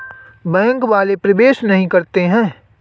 Bank वाले प्रवेश नहीं करते हैं?